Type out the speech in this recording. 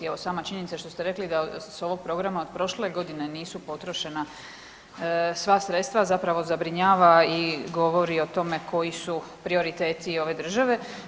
Evo sama činjenica što ste rekli da s ovog programa od prošle godine nisu potrošena sva sredstva zapravo zabrinjava i govori o tome koji su prioriteti ove države.